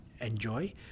enjoy